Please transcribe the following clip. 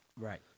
right